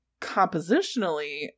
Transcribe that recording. compositionally